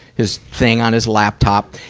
his thing, on his laptop.